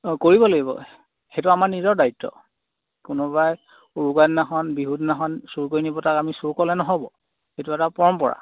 অঁ কৰিব লাগিব সেইটো আমাৰ নিজৰ দায়িত্ব কোনোবাই উৰুকাৰ দিনাখন বিহু দিনাখন চুৰ কৰি নিব তাক আমি চুৰ ক'লে নহ'ব সেইটো এটা পৰম্পৰা